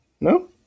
No